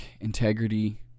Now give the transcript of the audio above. integrity